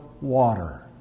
water